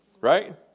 Right